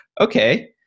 okay